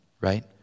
right